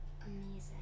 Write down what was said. amazing